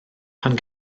pan